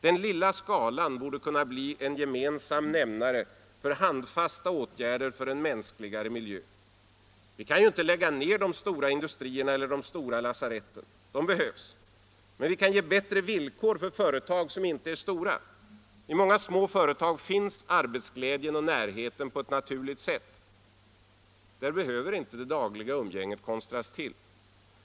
Den lilla skalan borde kunna bli en gemensam nämnare för handfasta åtgärder för en mänskligare miljö. Vi kan ju inte lägga ner de stora industrierna eller de stora lasaretten. De behövs. Men vi kan ge bättre villkor för företag som inte är stora. I många små företag finns arbetsglädjen och närheten på ett naturligt sätt. Där behöver inte det dagliga umgänget konstras till.